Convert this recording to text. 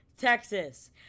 Texas